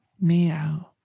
Meow